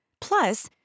Plus